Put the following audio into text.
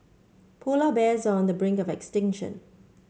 polar bears are on the brink of extinction